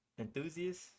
enthusiast